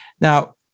now